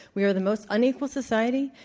we are the most unequal society,